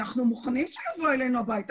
אנחנו מוכנים שהוא יבוא אלינו הביתה,